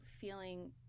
feeling